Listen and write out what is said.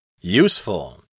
useful